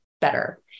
better